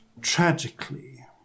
tragically